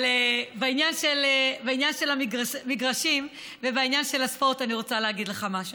אבל בעניין של המגרשים ובעניין של הספורט אני רוצה להגיד לך משהו.